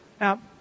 Now